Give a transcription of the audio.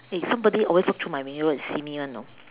eh somebody always look through my mirror and see me [one] you know